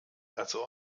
also